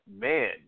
Man